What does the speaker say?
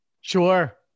Sure